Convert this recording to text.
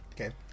Okay